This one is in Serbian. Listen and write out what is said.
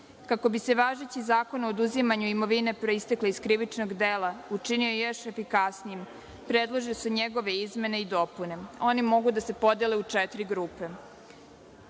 bi se važeći Zakon o oduzimanju imovine proistekle iz krivičnog dela učinio još efikasnijim, predlažu se njegove izmene i dopune. One mogu da se podele u četiri grupe. Prvo,